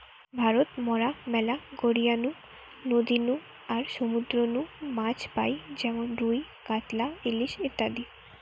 ভারত মরা ম্যালা গড়িয়ার নু, নদী নু আর সমুদ্র নু মাছ পাই যেমন রুই, কাতলা, ইলিশ ইত্যাদি